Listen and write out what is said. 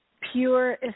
pure